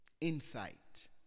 Insight